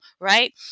right